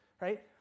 right